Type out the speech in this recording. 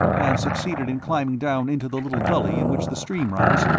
and succeeded in climbing down into the little gully in which the stream runs,